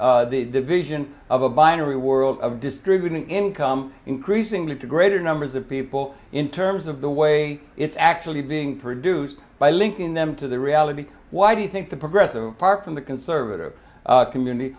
division of a binary world of distributing income increasingly to greater numbers of people in terms of the way it's actually being produced by linking them to the reality why do you think the progressive part from the conservative community